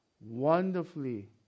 Wonderfully